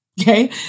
okay